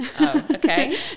okay